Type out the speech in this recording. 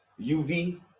UV